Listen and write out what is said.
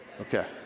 Okay